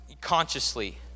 consciously